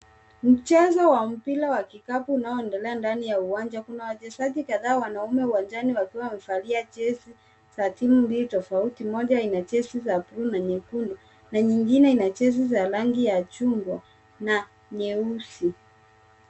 Mchezo wa mpira ya kikapu unaoendelea uwanja. Kuna wachezaji kadhaa wanaume uwanjani wakiwa wamevalia jezi ya timu mbili tofauti, moja ina jezi ya bluu na nyekundu na nyingine ina jezi ya rangi ya chungwa na nyeusi.